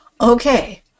okay